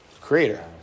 creator